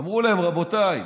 אמרו להם: רבותיי,